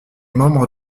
membre